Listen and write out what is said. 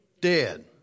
dead